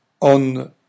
on